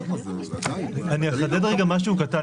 אני אחדד משהו קטן.